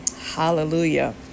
Hallelujah